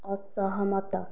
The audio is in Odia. ଅସହମତ